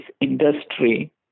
industry